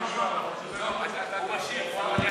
גברתי היושבת-ראש,